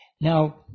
Now